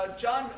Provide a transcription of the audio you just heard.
John